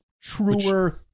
truer